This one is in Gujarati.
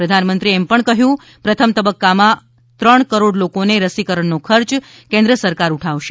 પ્રધાનમંત્રીએ જણાવ્યું કે પ્રથમ તબક્કામાં આ ત્રણ કરોડ લોકોને રસીકરણનો ખર્ચ કેન્દ્ર સરકાર ઉઠાવશે